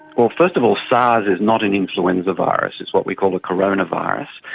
well, first of all sars is not an influenza virus, it's what we call a coronavirus,